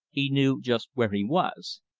he knew just where he was.